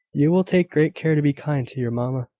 you will take great care to be kind to your mamma,